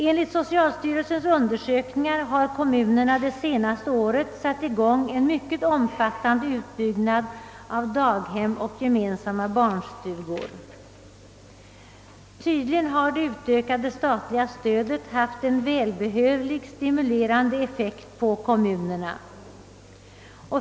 Enligt socialstyrelsens undersökningar har kom munerna det senaste året satt i gång en mycket omfattande utbyggnad av daghem och gemensamma barnstugor. Tydligen har det utökade statliga stödet haft en välbehövlig stimulerande effekt på kommunerna.